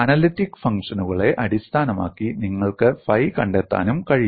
analytic ഫംഗ്ഷനുകളെ അടിസ്ഥാനമാക്കി നിങ്ങൾക്ക് ഫൈ കണ്ടെത്താനും കഴിയും